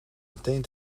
meteen